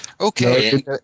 Okay